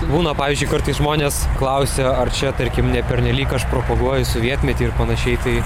būna pavyzdžiui kartais žmonės klausia ar čia tarkim ne pernelyg aš propaguoju sovietmetį ir panašiai tai